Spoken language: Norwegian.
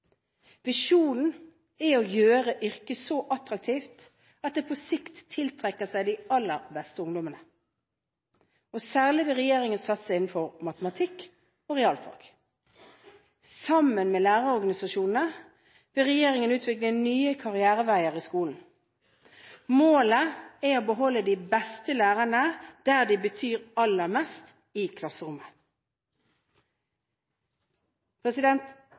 Visjonen er å gjøre yrket så attraktivt at det på sikt tiltrekker seg de aller beste ungdommene. Særlig vil regjeringen satse innenfor matematikk og realfag. Sammen med lærerorganisasjonene vil regjeringen utvikle nye karriereveier i skolen. Målet er å beholde de beste lærerne der de betyr aller mest: i klasserommet.